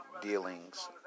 dealings